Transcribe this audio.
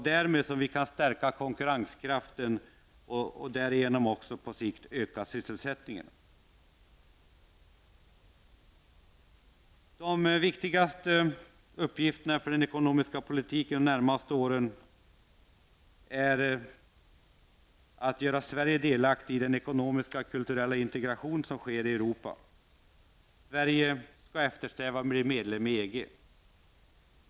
Därmed stärks konkurrenskraften och därigenom ökas på sikt sysselsättningen. En första uppgift för den ekonomiska politiken under de närmaste åren är att göra Sverige delaktigt i den ekonomiska och kulturella integration som sker i Europa. Sveriges skall eftersträva att bli medlem i EG.